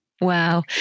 Wow